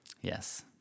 Yes